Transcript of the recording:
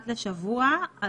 משרדאחת לשבוע,